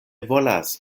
volas